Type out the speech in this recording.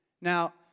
Now